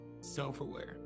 self-aware